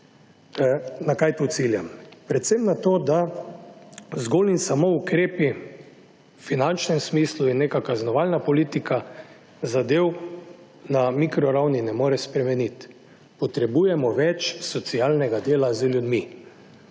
Na kaj tu ciljam? Predvsem na to, da zgolj in samo ukrepi v finančnem smislu in neka kaznovalna politika zadev na mikroravni ne more spremeniti. Potrebujemo več socialnega dela z ljudmi.